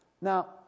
Now